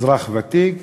אזרח ותיק,